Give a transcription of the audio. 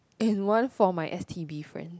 and one for my s_t_b friends